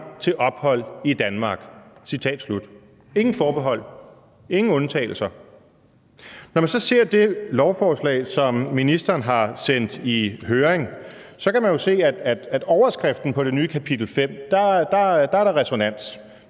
til ophold i Danmark«. Ingen forbehold, ingen undtagelser. Når man så ser det lovforslag, som ministeren har sendt i høring, så kan man jo se, at der er resonans